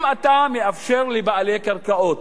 אם אתה מאפשר לבעלי קרקעות,